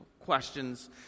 questions